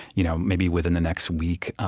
you know maybe within the next week,